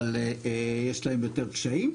אבל יש להם יותר קשיים.